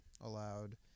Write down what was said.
allowed